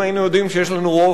אם היינו יודעים שיש לנו רוב,